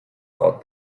thought